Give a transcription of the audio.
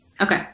Okay